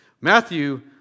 Matthew